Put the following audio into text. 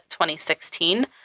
2016